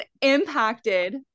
impacted